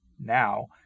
now